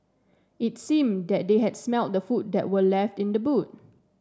it seemed that they had smelt the food that were left in the boot